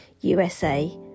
USA